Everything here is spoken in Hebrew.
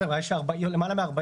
כן, אבל יש למעלה מ-40.